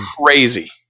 crazy